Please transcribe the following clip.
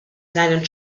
seinen